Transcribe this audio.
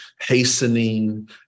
hastening